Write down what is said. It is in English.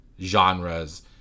genres